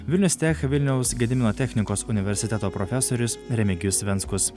vilnius tech vilniaus gedimino technikos universiteto profesorius remigijus venckus